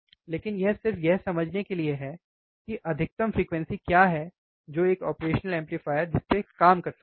लेकिन यह सिर्फ यह समझने के लिए है कि अधिकतम फ्रीक्वेंसी क्या है जो एक ऑपरेशनल एम्पलीफायर पर काम कर सकती है